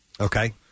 Okay